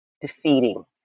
defeating